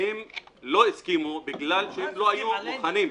שלא הסכימו בגלל שהם לא היו מוכנים,